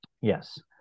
Yes